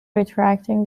retracting